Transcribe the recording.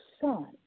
son